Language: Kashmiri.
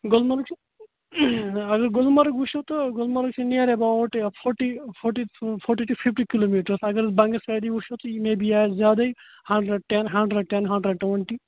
گُلمرگ چھِ اگر گُلمَرگ وٕچھو تہٕ گُلمَرگ چھُ نیر about forty forty forty to fifty kilometre اگر بَنگس ویلی وٕچھو تہٕ مے بی یہِ آسہِ زیادٕے ہَنڑرنڑ ٹٮ۪ن ہَنڑرنڑ ٹٮ۪ن ہَنڑرنڑ ٹُوَنٹی